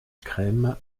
crème